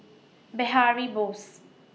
Behari Bose